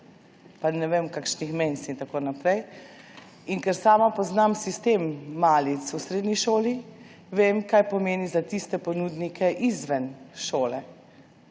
pa ne vem kakšnih menz in tako naprej in ker sama poznam sistem malic v srednji šoli, vem, kaj pomeni za tiste ponudnike izven šole.